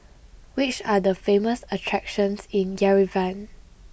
which are the famous attractions in Yerevan